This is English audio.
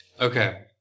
okay